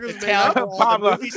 Pablo